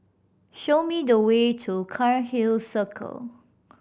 show me the way to Cairnhill Circle